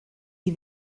die